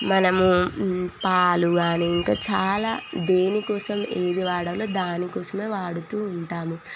మనము పాలు కానీ ఇంకా చాలా దేనికోసం ఏది వాడాలో దానికోసమే వాడుతూ ఉంటాము